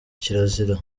kirazira